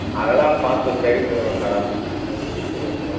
அதெல்லாம் பார்த்து சரி பண்ணி விடுறேன் மேடம் உங்களுக்கு ரிஜிஸ்டர்